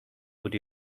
would